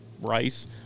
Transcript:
rice